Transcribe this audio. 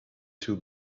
too